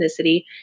Ethnicity